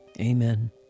Amen